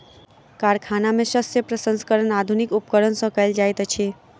कारखाना में शस्य प्रसंस्करण आधुनिक उपकरण सॅ कयल जाइत अछि